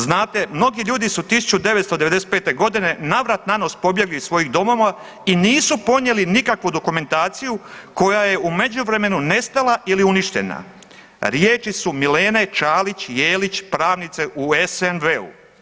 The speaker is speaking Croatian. Znate mnogi ljudi su 1995. godine navrat nanos pobjegli iz svojih domova i nisu ponijeli nikakvu dokumentaciju koja je u međuvremenu nestala ili uništena, riječi su Milene Ćalić Jelić pravnice u SNV-u.